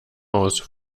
aus